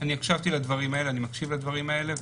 אני הקשבתי לדברים האלה, אני מקשיב לדברים האלה.